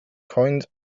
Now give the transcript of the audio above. coins